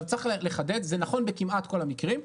זה נכון כמעט בכל המקרים,